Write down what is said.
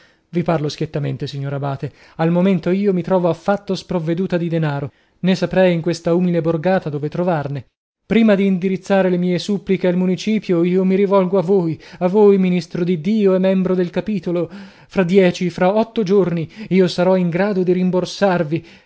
vi parlo schiettamente signor abate al momento io mi trovo affatto sprovveduta di denaro nè saprei in questa umile borgata dove trovarne prima di indirizzare le mie suppliche al municipio io mi rivolgo a voi a voi ministro di dio e membro del capitolo fra dieci fra otto giorni io sarò in grado di rimborsarvi al